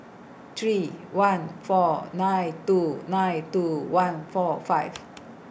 three one four nine two nine two one four five